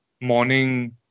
morning